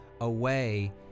away